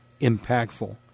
impactful